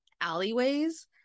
alleyways